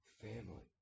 family